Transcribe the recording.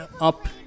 up